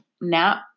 nap